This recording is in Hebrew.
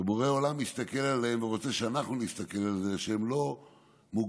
בורא עולם מסתכל עלינו ורוצה שאנחנו נסתכל על זה שהם לא מוגבלים,